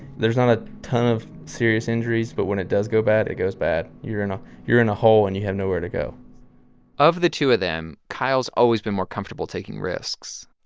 there's not a ton of serious injuries, but when it does go bad, it goes bad. you're in ah you're in a hole, and you have nowhere to go of the two of them, kyle's always been more comfortable taking risks.